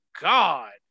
god